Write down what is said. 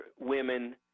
women